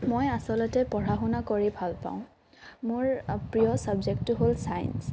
মই আচলতে পঢ়া শুনা কৰি ভাল পাওঁ মোৰ প্ৰিয় ছাবজেক্টটো হ'ল ছায়েঞ্চ